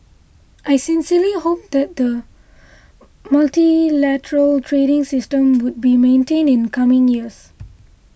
I sincerely hope that the multilateral trading system would be maintained in coming years